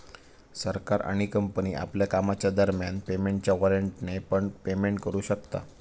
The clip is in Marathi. सरकार आणि कंपनी आपल्या कामाच्या दरम्यान पेमेंटच्या वॉरेंटने पण पेमेंट करू शकता